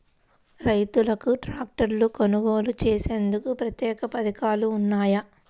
రైతులకు ట్రాక్టర్లు కొనుగోలు చేసేందుకు ప్రత్యేక పథకాలు ఉన్నాయా?